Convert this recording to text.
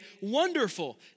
wonderful